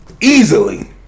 Easily